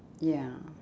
ya